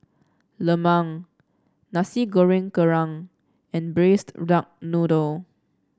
Lemang Nasi Goreng Kerang and Braised Duck Noodle